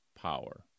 power